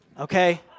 Okay